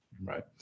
Right